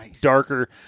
Darker